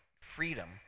freedom